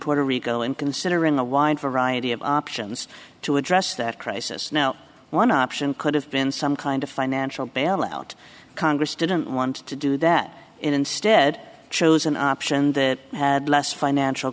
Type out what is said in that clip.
puerto rico and considering the wind variety of options to address that crisis now one option could have been some kind of financial bailout congress didn't want to do that instead chose an option that had less financial